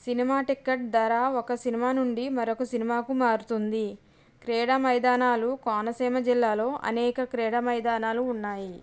cinema ticket ధర ఒక cinema నుండి మరొక సినిమాకు మారుతుంది క్రీడ మైదానాలు కోనసీమ జిల్లాలో అనేక క్రీడ మైదానాలు ఉన్నాయి